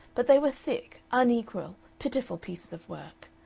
but they were thick, unequal, pitiful pieces of work.